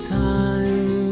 time